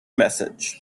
message